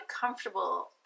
comfortable